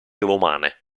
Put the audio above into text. romane